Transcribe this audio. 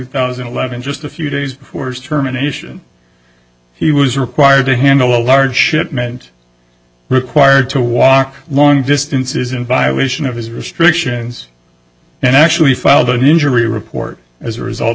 thousand and eleven just a few days before determination he was required to handle a large shipment required to walk long distances in violation of his restrictions and actually filed an injury report as a result